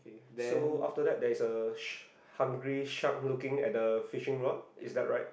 so after that there is a sh~ hungry shark looking at the fishing rod is that right